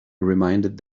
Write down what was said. reminded